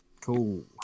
cool